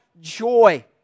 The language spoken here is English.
joy